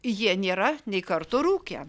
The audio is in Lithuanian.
jie nėra nei karto rūkę